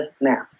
now